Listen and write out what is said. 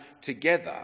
together